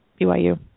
BYU